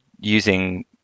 using